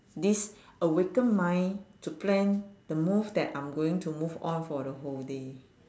this awakened mind to plan the move that I'm going to move on for the whole day